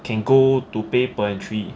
can go to pay per entry